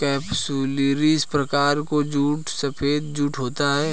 capsularis प्रकार का jute सफेद जूट होता है